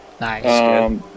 Nice